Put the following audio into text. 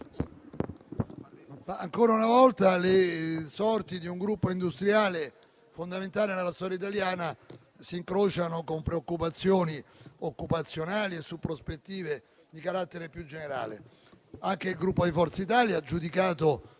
ancora una volta le sorti di un gruppo industriale fondamentale nella storia italiana si incrociano con preoccupazioni occupazionali e in prospettive di carattere più generale. Anche il Gruppo Forza Italia ha giudicato